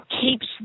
keeps